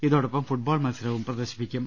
ഇതോടൊപ്പം ഫുട്ബോൾ മത്സരവും പ്രദർശിപ്പിക്കും